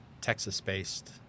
Texas-based